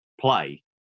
play